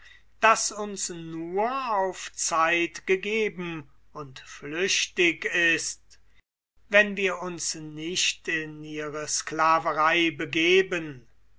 das uns auf zeit gegeben und flüchtig ist wenn wir uns nicht in ihre sklaverei begeben